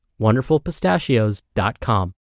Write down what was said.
wonderfulpistachios.com